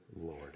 Lord